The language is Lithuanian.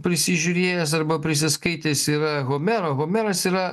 prisižiūrėjęs arba prisiskaitęs yra homero homeras yra